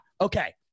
Okay